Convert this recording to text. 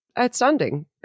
outstanding